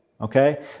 okay